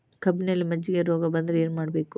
ಕಬ್ಬಿನಲ್ಲಿ ಮಜ್ಜಿಗೆ ರೋಗ ಬಂದರೆ ಏನು ಮಾಡಬೇಕು?